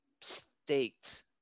state